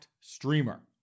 streamer